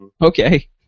okay